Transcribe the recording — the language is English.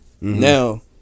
now